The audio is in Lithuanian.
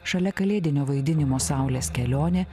šalia kalėdinio vaidinimo saulės kelionė